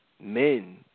men